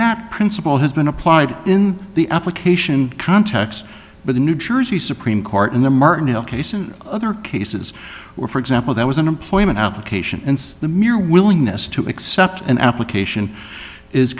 that principle has been applied in the application context but the new jersey supreme court in the martin case and other cases where for example there was an employment application and the mere willingness to accept an application is